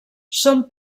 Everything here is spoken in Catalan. són